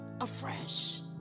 afresh